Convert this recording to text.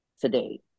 today